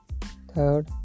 Third